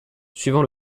suivant